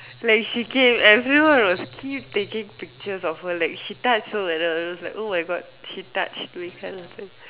like she came everyone was keep taking pictures of her like she touch so err I was like oh my god she touched with her